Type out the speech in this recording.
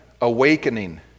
awakening